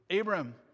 Abram